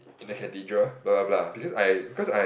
in the Cathedral blah blah blah because I because I